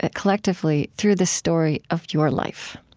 ah collectively, through the story of your life?